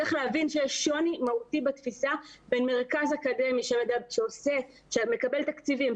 צריך להבין שיש שוני מהותי בתפיסה בין מרכז אקדמי שמקבל תקציבים,